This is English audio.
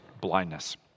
blindness